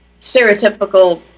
stereotypical